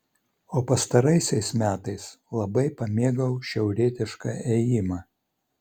o pastaraisiais metais labai pamėgau šiaurietišką ėjimą